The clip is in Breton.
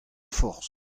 forzh